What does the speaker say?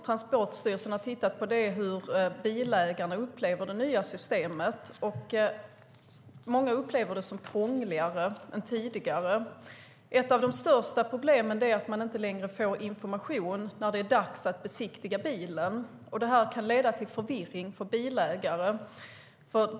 Transportstyrelsen har också tittat på hur bilägarna upplever det nya systemet. Många upplever det som krångligare än tidigare. Ett av de största problemen är att man inte längre får information när det är dags att besiktiga bilen, och det kan leda till förvirring för bilägaren.